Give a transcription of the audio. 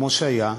כמו שהיה,